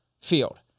field